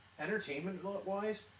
entertainment-wise